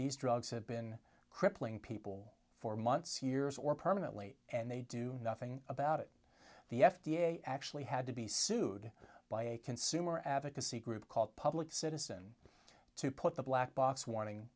these drugs have been crippling people for months years or permanently and they do nothing about it the f d a actually had to be sued by a consumer advocacy group called public citizen to put the black box warning